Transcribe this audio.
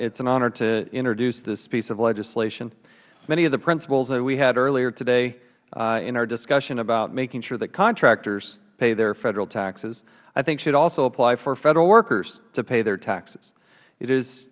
is an honor to introduce this piece of legislation many of the principles from earlier today in our discussion about making sure that contractors pay their federal taxes i think should also apply for federal workers to pay their taxes it is